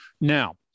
Now